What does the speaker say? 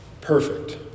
perfect